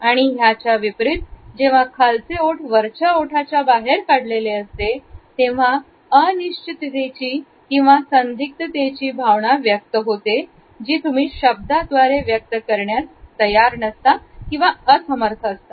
आणि ह्याच विपरित जेव्हा खालचे ओठ वरच्या ओठाच्या बाहेर काढलेले असते तेव्हा अनिश्चिततेची किंवा संदिग्ध तेचे भावना व्यक्त होते जी तुम्ही शब्दांद्वारे व्यक्त करण्यास तयार नसतात